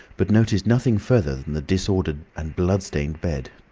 but noticed nothing further than the disordered and blood-stained bed.